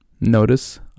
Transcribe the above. Notice